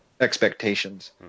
expectations